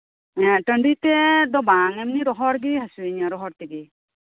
ᱦᱮᱸ ᱴᱟᱹᱰᱤ ᱛᱮᱫᱚ ᱵᱟᱝ ᱮᱢᱱᱤ ᱨᱚᱦᱚᱲᱮ ᱦᱟᱹᱥᱩᱧ ᱠᱟᱱᱟ ᱨᱚᱦᱚᱲ ᱛᱮ